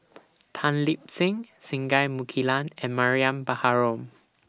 Tan Lip Seng Singai Mukilan and Mariam Baharom